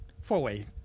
four-way